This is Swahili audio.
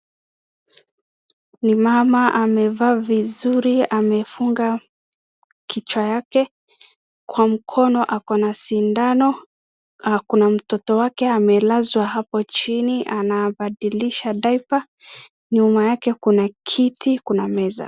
Ni mama amevaa vizuri amefunga kichwa yake, kwa mkono ako na sindano ako na mtoto wake hapo chini anambadilisha diaper nyuma yake kuna kiti na meza.